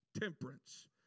temperance